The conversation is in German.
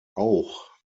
auch